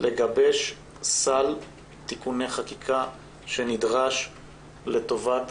לגבש סל תיקוני חקיקה שנדרש לטובת